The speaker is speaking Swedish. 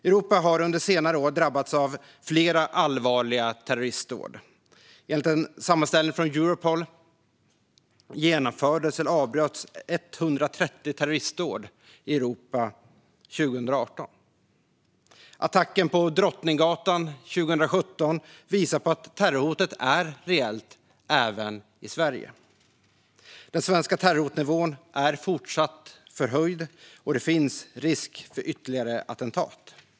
Europa har under senare år drabbats av flera allvarliga terroristdåd. Enligt en sammanställning från Europol genomfördes eller avbröts 130 terroristdåd i Europa 2018. Attacken på Drottninggatan 2017 visar på att terrorhotet är reellt även i Sverige. Den svenska terrorhotnivån är fortsatt förhöjd, och det finns risk för ytterligare attentat.